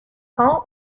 camp